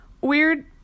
weird